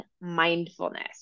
mindfulness